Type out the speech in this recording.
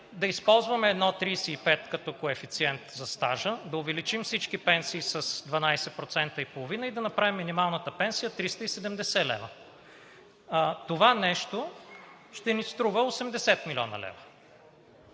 да използваме 1,35% като коефициент за стажа, да увеличим всички пенсии с 12,5% и да направим минималната пенсия 370 лв. Това нещо ще ни струва 80 млн. лв.,